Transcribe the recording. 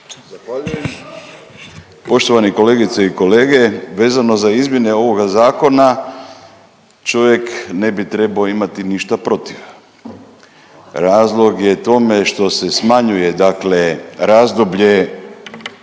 Poštovani kolegice i kolege, vezano za izmjene ovoga zakona čovjek ne bi trebao imati ništa protiv. Razlog je tome što se smanjuje dakle